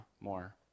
more